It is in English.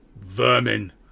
vermin